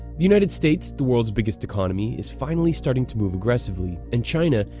the united states, the world's biggest economy, is finally starting to move aggressively, and china,